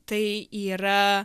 tai yra